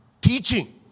teaching